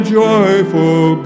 joyful